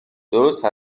درست